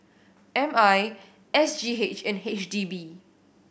M I S G H and H D B